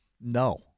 No